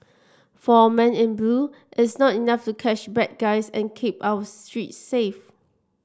for our men in blue it's not enough to catch bad guys and keep our streets safe